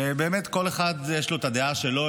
ובאמת כל אחד יש לו את הדעה שלו,